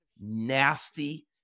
nasty